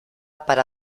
para